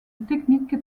technique